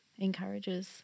encourages